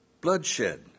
bloodshed